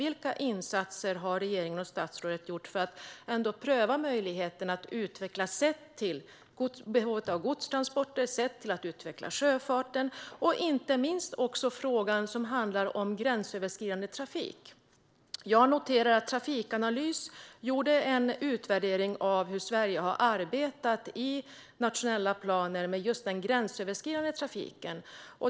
Vilka insatser har regeringen och statsrådet gjort sett till behovet av godstransporter, behovet av att utveckla sjöfarten och inte minst gränsöverskridande trafik? Trafikanalys gjorde en utvärdering av hur Sverige har arbetat i nationella planer med just den gränsöverskridande trafiken.